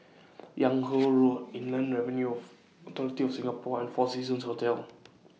Yung Ho Road Inland Revenue Authority of Singapore and four Seasons Hotel